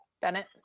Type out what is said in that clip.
Bennett